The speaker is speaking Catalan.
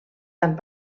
tant